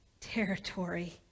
territory